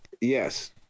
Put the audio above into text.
Yes